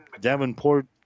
Davenport